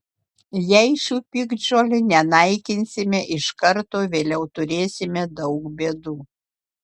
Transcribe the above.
jei šių piktžolių nenaikinsime iš karto vėliau turėsime daug bėdų